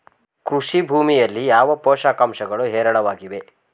ಕೃಷಿ ಭೂಮಿಯಲ್ಲಿ ಯಾವ ಪೋಷಕಾಂಶಗಳು ಹೇರಳವಾಗಿವೆ?